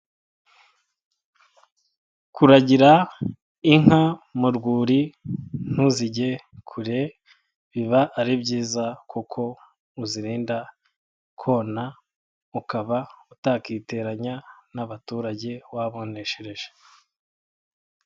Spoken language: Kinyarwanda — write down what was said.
Kuragira inka mu rwuri ntuzige kure biba ari byiza kuko uzirinda kona ukaba utakiteranya n'abaturage waboneshereje.